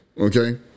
okay